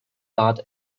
bad